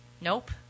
Nope